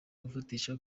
gufatisha